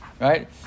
right